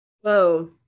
whoa